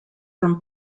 from